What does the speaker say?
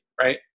right